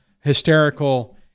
hysterical